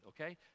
okay